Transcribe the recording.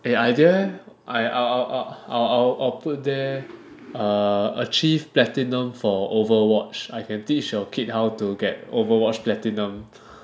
eh i~ idea eh I'll I'll I'll put there err achieved platinum for Overwatch I can teach your kid how to get Overwatch platinum